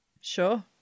Sure